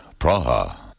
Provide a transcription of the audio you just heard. Praha